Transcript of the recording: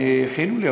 הכינו לי,